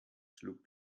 schlug